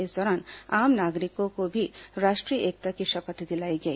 इस दौरान आम नागरिकों को भी राष्ट्रीय एकता की शपथ दिलाई गई